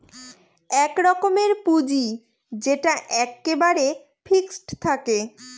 এক রকমের পুঁজি যেটা এক্কেবারে ফিক্সড থাকে